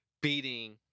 beating